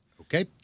Okay